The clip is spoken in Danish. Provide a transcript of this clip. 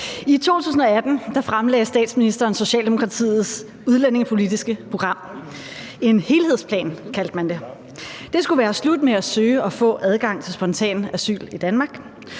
I 2018 fremlagde statsministeren Socialdemokratiets udlændingepolitiske program – en helhedsplan, kaldte man det. Det skulle være slut med at søge og få adgang til spontant asyl i Danmark.